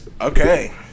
Okay